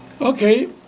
Okay